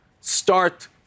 start